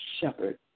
shepherd